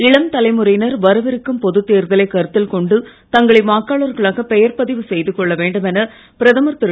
இளம் தலைமுறையினர் வரவிருக்கும் பொதுத்தேர்தலைக் கருத்தில் கொண்டு தங்களை வாக்காளர்களாக பெயர் பதிவு செய்து கொள்ளவேண்டும் என பிரதமர் திரு